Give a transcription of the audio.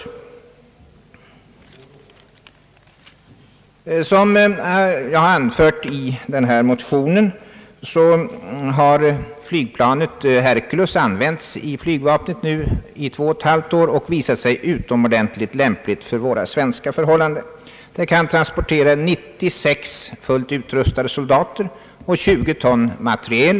Såsom jag har anfört i motionen har flygplanet Hercules använts i flygvapnet i två och ett halvt år och visat sig utomordentligt lämpligt för våra förhållanden. Det kan transportera 96 fullt utrustade soldater eller 20 ton materiel.